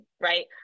right